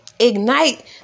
ignite